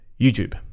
YouTube